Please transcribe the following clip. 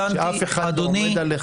כשאף אחד לא עומד עליך --- אדוני,